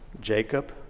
Jacob